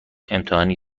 امتحانی